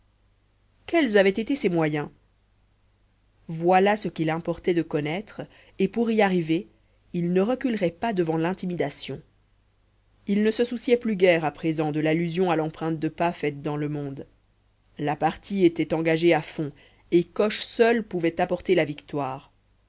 quels avaient été ces moyens voilà ce qu'il importait de connaître et pour y arriver il ne reculerait pas devant l'intimidation il ne se souciait plus guère à présent de l'allusion à l'empreinte de pas faite dans le monde la partie était engagée à fond et coche seul pouvait apporter la victoire